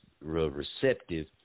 receptive